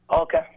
Okay